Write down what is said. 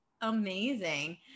amazing